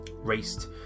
raced